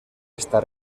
esta